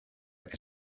que